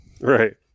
Right